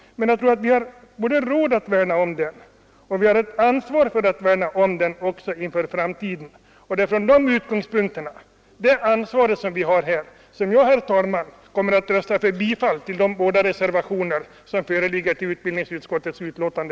Det är riktigt. Men vi har råd att värna om den, och vi har ett ansvar för att värna om den inför framtiden. Det är med utgångspunkt från detta ansvar som jag, herr talman, kommer att rösta på de båda reservationerna till utbildningsutskottets betänkande.